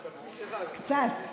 קצת.